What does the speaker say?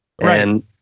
Right